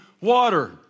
water